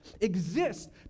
exists